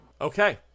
Okay